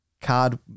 card